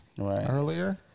earlier